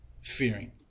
fearing